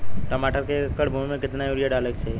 टमाटर के एक एकड़ भूमि मे कितना यूरिया डाले के चाही?